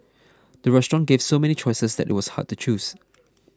the restaurant gave so many choices that it was hard to choose